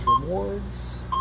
Rewards